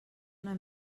una